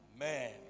Amen